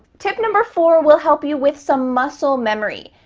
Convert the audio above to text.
tip number four will help you with some muscle memory.